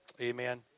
Amen